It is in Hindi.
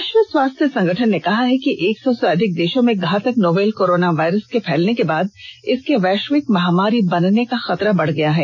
विश्व स्वास्थ्य संगठन ने कहा है कि एक सौ से अधिक देशों में घातक नोवल कोरोना वायरस के फैलने के बाद इसके वैश्विक महामारी बनने का खतरा बढ गया है